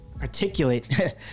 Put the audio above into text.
articulate